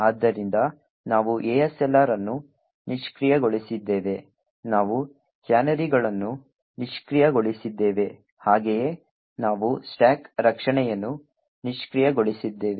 ಆದ್ದರಿಂದ ನಾವು ASLR ಅನ್ನು ನಿಷ್ಕ್ರಿಯಗೊಳಿಸಿದ್ದೇವೆ ನಾವು ಕ್ಯಾನರಿಗಳನ್ನು ನಿಷ್ಕ್ರಿಯಗೊಳಿಸಿದ್ದೇವೆ ಹಾಗೆಯೇ ನಾವು ಸ್ಟಾಕ್ ರಕ್ಷಣೆಯನ್ನು ನಿಷ್ಕ್ರಿಯಗೊಳಿಸಿದ್ದೇವೆ